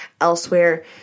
elsewhere